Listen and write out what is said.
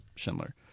Schindler